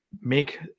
make